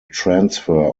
transfer